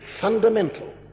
fundamental